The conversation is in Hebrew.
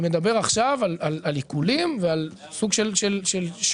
אני מדבר עכשיו על עיקולים ועל סוג של שוקת.